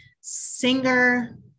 singer